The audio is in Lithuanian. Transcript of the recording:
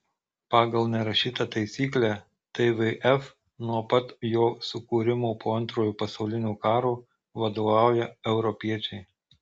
pagal nerašytą taisyklę tvf nuo pat jo sukūrimo po antrojo pasaulinio karo vadovauja europiečiai